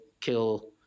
kill